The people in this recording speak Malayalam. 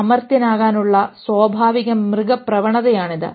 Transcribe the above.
അമർത്യനാകാനുള്ള സ്വാഭാവിക മൃഗ പ്രവണതയാണ് ഇത്